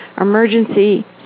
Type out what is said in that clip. emergency